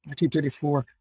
1934